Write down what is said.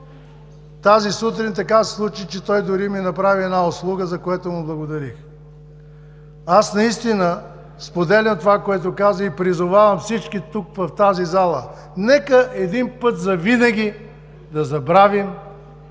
Тази сутрин така се случи, че той дори ми направи услуга, за което му благодарих. Аз наистина споделям това, което каза, и призовавам всички тук, в тази зала, нека един път завинаги да забравим